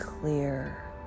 clear